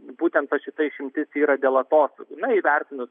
būtent va šita išimtis yra dėl atostogų na įvertinus